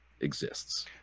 exists